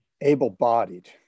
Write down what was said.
able-bodied